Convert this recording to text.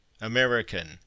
american